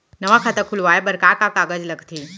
नवा खाता खुलवाए बर का का कागज लगथे?